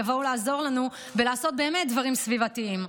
יבואו לעזור לנו לעשות באמת דברים סביבתיים,